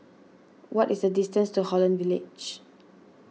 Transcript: what is the distance to Holland Village